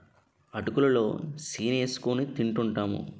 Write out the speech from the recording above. అటుకులు లో సీని ఏసుకొని తింటూంటాము